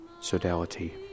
Sodality